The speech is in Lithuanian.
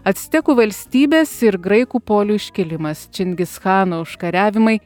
actekų valstybės ir graikų polių iškilimas čingischano užkariavimai